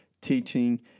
teaching